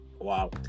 Wow